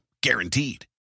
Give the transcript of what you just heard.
guaranteed